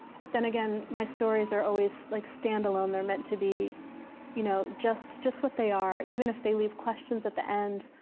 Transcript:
but then again, my stories are always like standalone. they're meant to be you know just just what they are. even if they leave questions at the end,